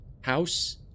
House